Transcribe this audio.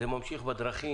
זה גם ממשיך בדרכים,